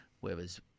whereas